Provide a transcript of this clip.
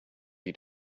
eat